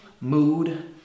mood